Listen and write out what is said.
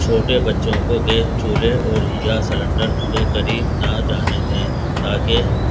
چھوٹے بچوں کو گیس چولہے اور یا سلنڈر کے قریب نہ جانے دیں تاکہ